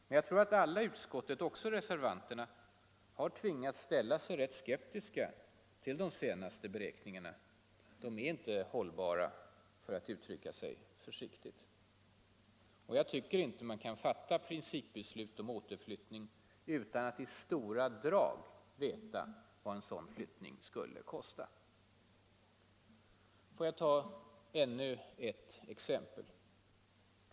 Men jag tror att alla i utskottet — också reservanterna — tvingats ställa sig rätt skeptiska till de senaste beräkningarna. De är inte hållbara, för att uttrycka sig försiktigt. Och jag tycker inte att man kan fatta principbeslut om återflyttning utan att i stora drag veta vad en sådan flyttning skulle kosta. Får jag ta ännu ett exempel.